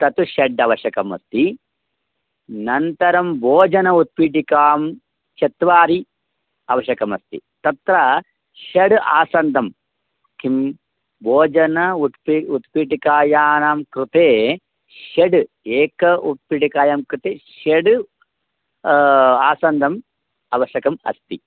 तत् षड् आवश्यकम् अस्ति नन्तरं भोजनाय उत्पीठिकाः चत्वारि आवश्यकमस्ति तत्र षड् आसन्दाः किं भोजनाय उत्प उत्पीठिकानां कृते षड् एक उत्पीठिकानां कृते षड् आसन्दाः आवश्यकाः अस्ति